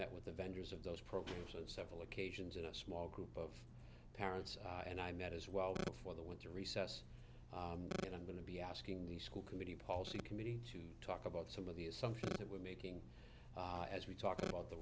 met with the vendors of those programs and several occasions in a small group of parents and i met as well before the winter recess and i'm going to be asking the school committee policy committee to talk about some of the assumptions that we're making as we talk about the